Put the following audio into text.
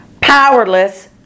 powerless